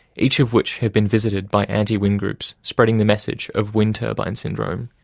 each of which have been visited by anti-wind groups, spreading the message of wind turbine syndrome.